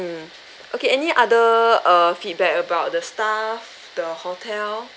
okay any other err feedback about the staff the hotel